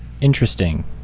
Interesting